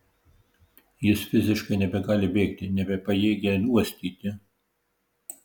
jis fiziškai nebegali bėgti nebepajėgia uostyti